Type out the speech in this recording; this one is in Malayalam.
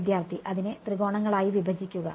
വിദ്യാർത്ഥി അതിനെ ത്രികോണങ്ങളായി വിഭജിക്കുക